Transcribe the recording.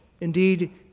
Indeed